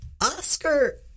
oscar